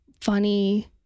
funny